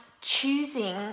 choosing